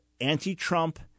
anti-Trump